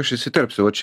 aš įsiterpsiu vat čia